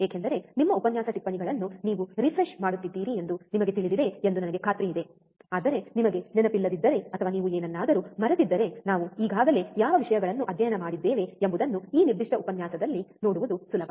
ಏಕೆಂದರೆ ನಿಮ್ಮ ಉಪನ್ಯಾಸ ಟಿಪ್ಪಣಿಗಳನ್ನು ನೀವು ರಿಫ್ರೆಶ್ ಮಾಡುತ್ತಿದ್ದೀರಿ ಎಂದು ನಿಮಗೆ ತಿಳಿದಿದೆ ಎಂದು ನನಗೆ ಖಾತ್ರಿಯಿದೆ ಆದರೆ ನಿಮಗೆ ನೆನಪಿಲ್ಲದಿದ್ದರೆ ಅಥವಾ ನೀವು ಏನನ್ನಾದರೂ ಮರೆತಿದ್ದರೆ ನಾವು ಈಗಾಗಲೇ ಯಾವ ವಿಷಯಗಳನ್ನು ಅಧ್ಯಯನ ಮಾಡಿದ್ದೇವೆ ಎಂಬುದನ್ನು ಈ ನಿರ್ದಿಷ್ಟ ಉಪನ್ಯಾಸದಲ್ಲಿ ನೋಡುವುದು ಸುಲಭ